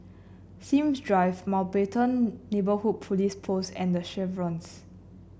S ims Drive Mountbatten Neighbourhood Police Post and The Chevrons